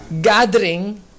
Gathering